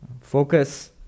focus